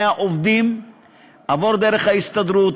מהעובדים עבור דרך ההסתדרות,